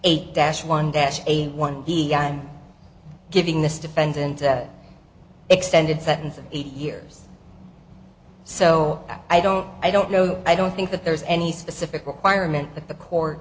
eight dash one dash eight one v i'm giving this defendant a extended sentence of eight years so i don't i don't know i don't think that there is any specific requirement that the court